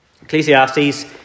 Ecclesiastes